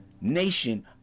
Nation